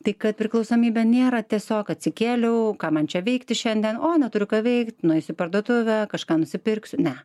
tai kad priklausomybė nėra tiesiog atsikėliau ką man čia veikti šiandien o neturiu ką veikt nueisiu į parduotuvę kažką nusipirksiu ne